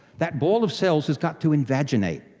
that ball of cells has got to invaginate,